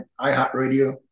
iHeartRadio